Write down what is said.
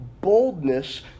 boldness